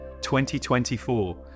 2024